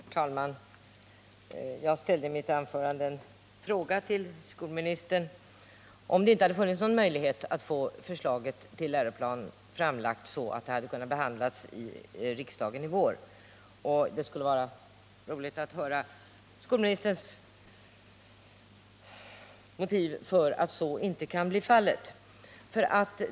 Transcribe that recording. Herr talman! Jag ställde i mitt anförande en fråga till skolministern, om det inte hade funnits någon möjlighet att få förslaget till läroplan framlagt så att det hade kunnat behandlas av riksdagen i vår. Det skulle vara roligt att höra skolministerns motiv för att så inte kan bli fallet.